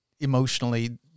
emotionally